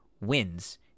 wins